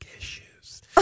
issues